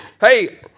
Hey